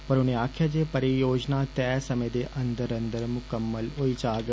पर उनें आक्खेआ जे परियोजना तय समय दे अंदर अंदर मुकम्मल होई जाग